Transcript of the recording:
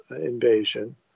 invasion